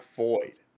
void